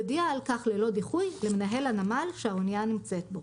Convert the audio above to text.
יודיע על כך ללא דיחוי למנהל הנמל שהאנייה נמצאת בו.